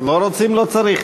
לא רוצים, לא צריך.